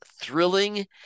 thrilling